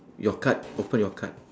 your card open your card